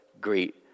greet